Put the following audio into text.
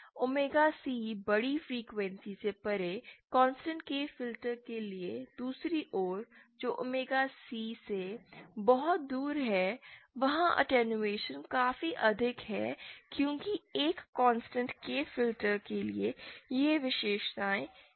omega C बड़ी frequency से परे कॉन्स्टेंट K फ़िल्टर के लिए दूसरी ओर जो ओमेगा C से बहुत दूर हैं वहाँ अटैंयुएशन काफी अधिक है क्योंकि एक कॉन्स्टेंट K फ़िल्टर के लिए वे विशेषताएँ इस तरह थीं